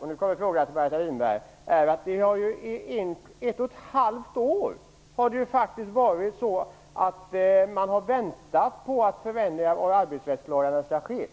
och nu kommer en fråga till Margareta Winberg, är att man faktiskt har väntat i ett och ett halvt år på att förändringarna av arbetsrättslagarna skall ske.